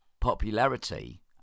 popularity